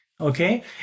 Okay